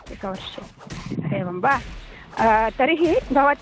एकवर्षम् एवं वा तर्हि भवत्